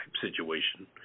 situation